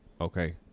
okay